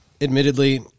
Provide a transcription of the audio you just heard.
admittedly